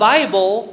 Bible